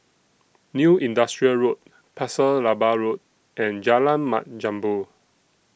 New Industrial Road Pasir Laba Road and Jalan Mat Jambol